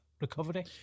recovery